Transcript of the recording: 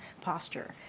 posture